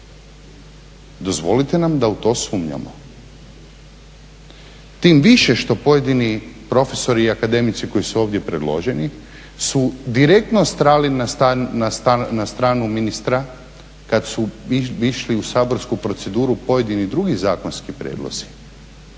Dozvolite nam da u to sumnjamo. Tim više što pojedini profesori i akademici koji su ovdje predloženi su direktno stali na stranu ministra kad su išli u saborsku proceduru pojedini drugi zakonski prijedlozi,